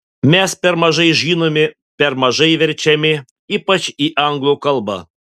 mes per mažai žinomi per mažai verčiami ypač į anglų kalbą